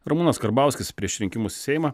ramūnas karbauskis prieš rinkimus seimą